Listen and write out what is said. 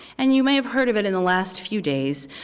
and you may have heard of it in the last few days.